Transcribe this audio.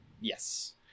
Yes